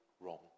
wrong